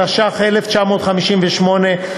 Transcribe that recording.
התשי"ח 1958,